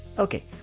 okay.